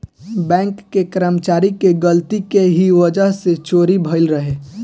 bank के कर्मचारी के गलती के ही वजह से चोरी भईल रहे